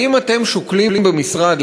האם אתם שוקלים במשרד,